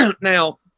Now